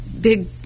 big